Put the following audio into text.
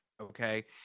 okay